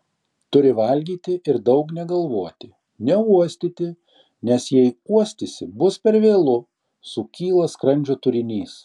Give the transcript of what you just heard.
turi valgyti ir daug negalvoti neuostyti nes jei uostysi bus per vėlu sukyla skrandžio turinys